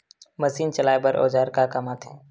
Machine चलाए बर औजार का काम आथे?